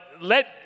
let